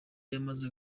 yamaze